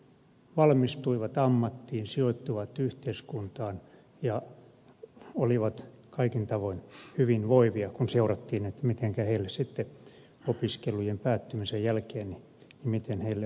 he valmistuivat ammattiin sijoittuivat yhteiskuntaan ja olivat kaikin tavoin hyvinvoivia kun seurattiin mitenkä heille sitten opiskelujen päättymisen jälkeen oli käynyt